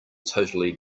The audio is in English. totally